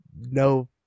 no